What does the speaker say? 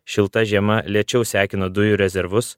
šilta žiema lėčiau sekina dujų rezervus